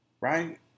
right